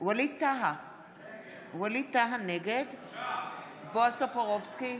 ווליד טאהא, נגד בועז טופורובסקי,